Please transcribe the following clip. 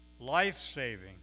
life-saving